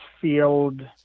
field